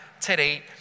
today